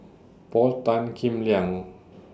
Paul Tan Kim Liang